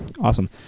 awesome